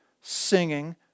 singing